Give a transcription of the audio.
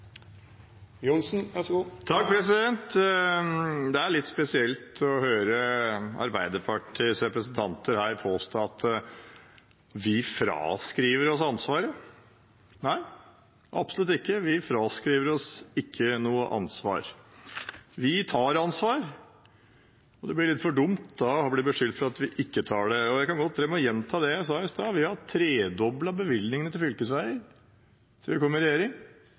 litt spesielt å høre Arbeiderpartiets representanter her påstå at vi fraskriver oss ansvaret. Nei, absolutt ikke, vi fraskriver oss ikke noe ansvar. Vi tar ansvar, og det blir litt for dumt å bli beskyldt for at vi ikke tar det. Jeg kan godt gjenta det jeg sa i stad. Vi har tredoblet bevilgningene til fylkesveier siden vi kom i regjering,